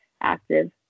active